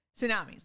Tsunamis